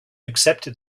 accepted